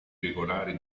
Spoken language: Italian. regolari